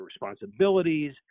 responsibilities